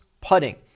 putting